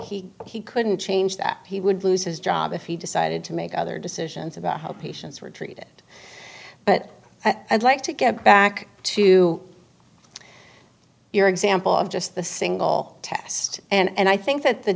he he couldn't change that he would lose his job if he decided to make other decisions about how patients were treated but i'd like to get back to your example of just the single test and i think that the